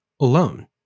alone